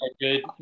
good